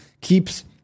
keeps